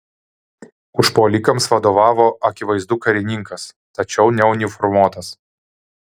užpuolikams vadovavo akivaizdu karininkas tačiau neuniformuotas